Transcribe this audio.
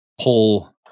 pull